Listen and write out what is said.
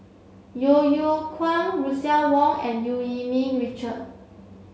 Yeo Yeow Kwang Russel Wong and Eu Yee Ming Richard